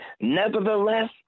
Nevertheless